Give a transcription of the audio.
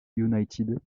united